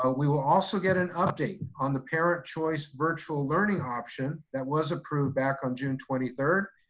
ah we will also get an update on the parent choice virtual learning option that was approved back on june twenty third.